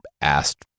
asked